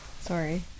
Sorry